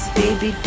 baby